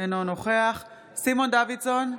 אינו נוכח סימון דוידסון,